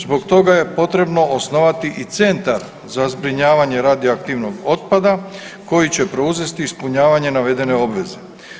Zbog toga je potrebno osnovati i centar za zbrinjavanje radioaktivnog otpada koji će preuzeti ispunjavanje navedene obveze.